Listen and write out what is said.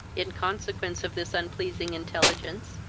in consequence of this unpleasing intelligence,